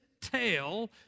tail